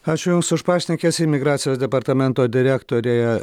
ačiū jums už pašnekesį migracijos departamento direktorė